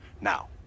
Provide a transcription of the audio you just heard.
Now